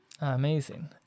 amazing